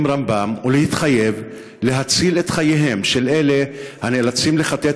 רמב"ם ולהתחייב להציל את חייהם של אלה הנאלצים לכתת